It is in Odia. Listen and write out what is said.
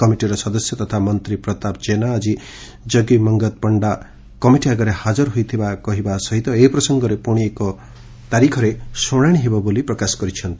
କମିଟିର ସଦସ୍ୟ ତଥା ମନ୍ତୀ ପ୍ରତାପ ଜେନା ଆକି କଗି ମଙ୍ଗତ୍ ପଶ୍ରା କମିଟି ଆଗରେ ହାଜର ହୋଇଥିବା କହିବା ସହିତ ଏ ପ୍ରସଙ୍ଗରେ ପୁଶି ଏକ ତାରିଖରେ ଶୁଶାଶି ହେବ ବୋଲି ପ୍ରକାଶ କରିଛନ୍ତି